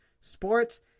Sports